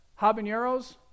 habaneros